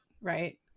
Right